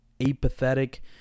apathetic